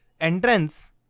entrance